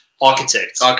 Architects